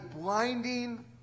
blinding